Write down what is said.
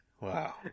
Wow